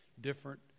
different